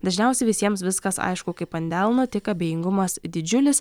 dažniausiai visiems viskas aišku kaip ant delno tik abejingumas didžiulis